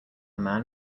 man